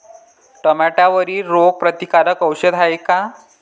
टमाट्यावरील रोग प्रतीकारक औषध हाये का?